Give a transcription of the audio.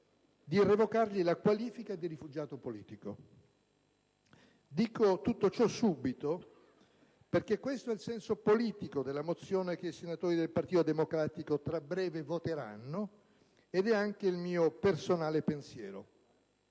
di revocargli la qualifica di rifugiato politico. Dico tutto ciò subito perché questo è il senso politico della mozione che i senatori del Partito Democratico tra breve voteranno, ed è anche il mio personale pensiero.